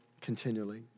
continually